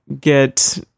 get